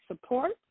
support